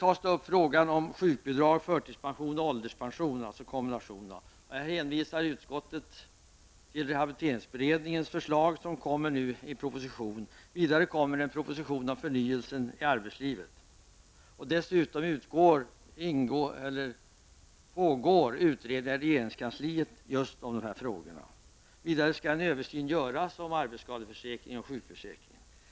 Vidare tas frågan om sjukbidrag, förtidspension och ålderspension upp. I detta sammanhang hänvisar utskottet till rehabiliteringsberedningens förslag, som kommer att läggas fram i en proposition. Vidare kommer det att läggas fram en proposition om förnyelse i arbetslivet. Dessutom pågår utredningar i regeringskansliet just om dessa frågor. Vidare skall en översyn göras om arbetsskadeförsäkringen och sjukförsäkringen.